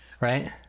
Right